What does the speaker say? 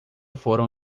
foram